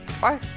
Bye